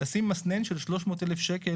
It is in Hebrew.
לשים מסנן של 300,000 שקל,